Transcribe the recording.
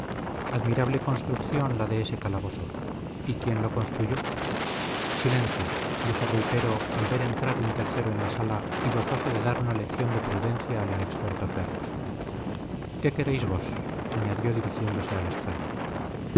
admirable construcción la de ese calabozo y quién construyó silencio dijo rui pero al ver entrar un tercero en la sala y gozoso de dar una lección de prudencia al inexperto ferrus qué queréis vos añadió dirigiéndose al extraño